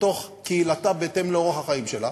בתוך קהילתה, בהתאם לאורח החיים שלה,